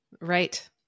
Right